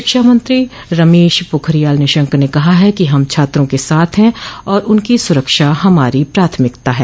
शिक्षामंत्री मंत्री रमेश पोखरियाल निशंक ने कहा है कि हम छात्रों के साथ हैं और उनकी सुरक्षा हमारी प्राथमिकता है